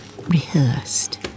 rehearsed